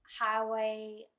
Highway